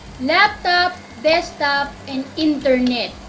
laptop, desktop and internet.